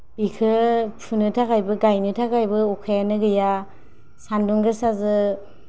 बेखौ फुनो थाखायबो गाइनो थाखायबो अखायानो गैया सानदुं गोसाजों